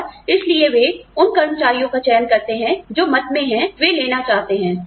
और इसलिए वे उन कर्मचारियों का चयन करते हैं जो मत में हैं वे लेना चाहते हैं